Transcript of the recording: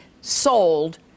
sold